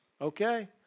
okay